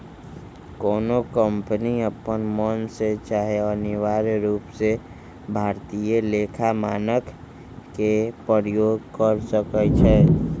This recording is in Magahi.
कोनो कंपनी अप्पन मन से चाहे अनिवार्य रूप से भारतीय लेखा मानक के प्रयोग कर सकइ छै